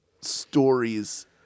stories